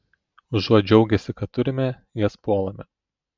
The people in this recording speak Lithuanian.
užuot džiaugęsi kad turime jas puolame